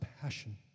passion